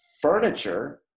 furniture